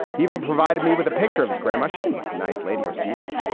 he even provided me with a picture of his grandma. she seems like a nice lady. or seemed.